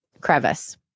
crevice